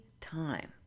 time